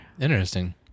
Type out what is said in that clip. interesting